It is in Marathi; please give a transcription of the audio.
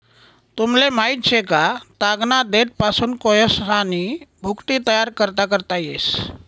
तुमले माहित शे का, तागना देठपासून कोयसानी भुकटी तयार करता येस